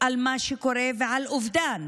על מה שקורה ועל אובדן